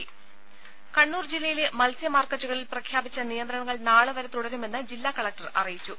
രേര കണ്ണൂർ ജില്ലയിലെ മൽസ്യ മാർക്കറ്റുകളിൽ പ്രഖ്യാപിച്ച നിയന്ത്രണങ്ങൾ നാളെ വരെ തുടരുമെന്നു ജില്ലാ കലക്ടർ അറിയിച്ചു